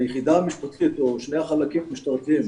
היחידה המשטרתית או שני החלקים המשטרתיים,